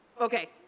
Okay